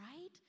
right